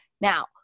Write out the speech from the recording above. Now